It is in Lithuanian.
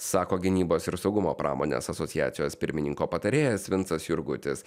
sako gynybos ir saugumo pramonės asociacijos pirmininko patarėjas vincas jurgutis